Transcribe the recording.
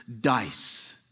dice